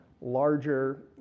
larger